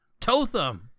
Totham